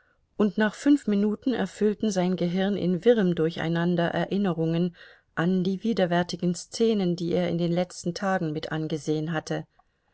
und nach fünf minuten erfüllten sein gehirn in wirrem durcheinander erinnerungen an die widerwärtigen szenen die er in den letzten tagen mit angesehen hatte